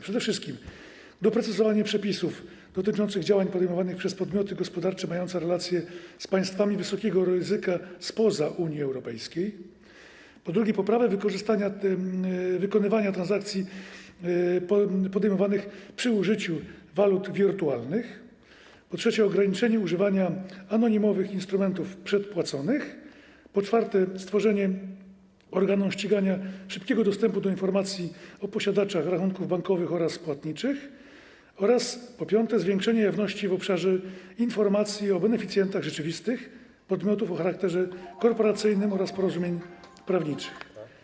Po pierwsze, doprecyzowanie przepisów dotyczących działań podejmowanych przez podmioty gospodarcze mające relacje z państwami wysokiego ryzyka spoza Unii Europejskiej, po drugie, poprawę wykonywania transakcji podejmowanych przy użyciu walut wirtualnych, po trzecie, ograniczenie używania anonimowych instrumentów przedpłaconych, po czwarte, zapewnienie organom ścigania szybkiego dostępu do informacji o posiadaczach rachunków bankowych oraz płatniczych oraz, po piąte, zwiększenie jawności w obszarze informacji o beneficjentach rzeczywistych podmiotów o charakterze korporacyjnym oraz porozumień prawniczych.